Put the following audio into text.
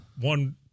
one